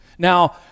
Now